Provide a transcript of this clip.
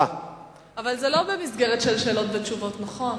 אבל זו לא מסגרת של שאלות ותשובות, נכון?